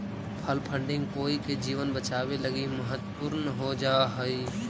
कल फंडिंग कोई के जीवन बचावे लगी महत्वपूर्ण हो जा हई